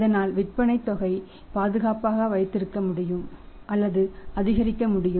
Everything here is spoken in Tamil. இதனால் விற்பனைத் தொகையை பாதுகாப்பாக வைத்திருக்க முடியும் அல்லது அதிகரிக்க முடியும்